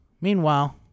Meanwhile